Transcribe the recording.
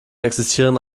existieren